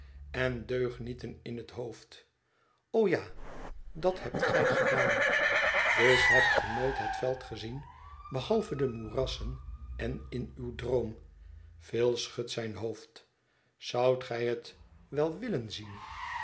en deugnieten in het hoofd o ja dat hebt gij gedaan dus hebt ge nooit het veld gezien behalve de moerassen en in uw droom phil schudt zijn hoofd zoudt gij het wel willen zien